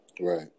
Right